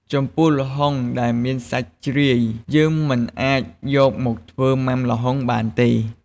ចំពោះល្ហុងដែលមានសាច់ជ្រាយ យើងមិនអាចយកមកធ្វើមុាំល្ហុងបានទេ។